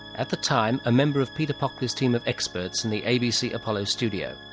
at the time a member of peter pockley's team of experts in the abc apollo studio.